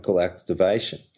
activation